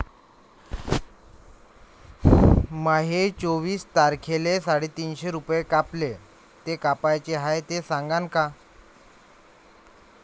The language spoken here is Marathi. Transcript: माये चोवीस तारखेले साडेतीनशे रूपे कापले, ते कायचे हाय ते सांगान का?